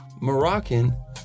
Moroccan